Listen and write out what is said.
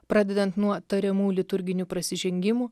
pradedant nuo tariamų liturginių prasižengimų